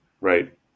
Right